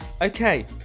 Okay